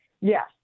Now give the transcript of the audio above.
Yes